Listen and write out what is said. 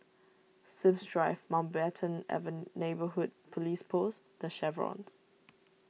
Sims Drive Mountbatten Neighbourhood Police Post the Chevrons